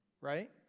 Right